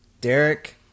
Derek